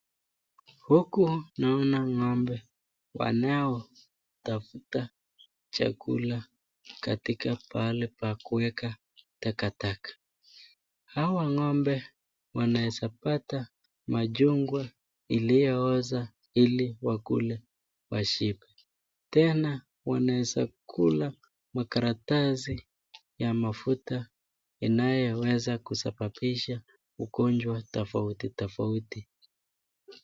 Huku naona ng'ombe wanaotafuta chakula katika pahali pakuweka takataka. Hawa ng'ombe wanaweza pata machungwa iliyooza ili wakule washibe, tena wanaweza kula makaratasi ya mafuta inanayoweza kusambambisha ugonjwa tofauti tofauti.